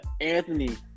Anthony